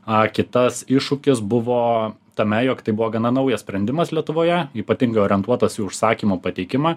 a kitas iššūkis buvo tame jog tai buvo gana naujas sprendimas lietuvoje ypatingai orientuotas į užsakymo pateikimą